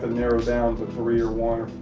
narrow down three, or one,